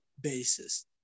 basis